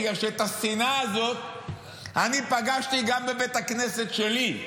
בגלל שאת השנאה הזאת אני פגשתי גם בבית הכנסת שלי.